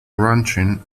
ranching